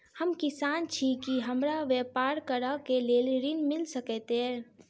हम किसान छी की हमरा ब्यपार करऽ केँ लेल ऋण मिल सकैत ये?